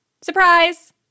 surprise